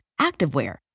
activewear